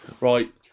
Right